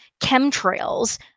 chemtrails